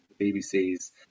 BBC's